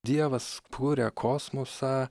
dievas kuria kosmosą